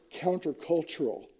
countercultural